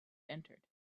entered